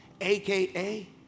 AKA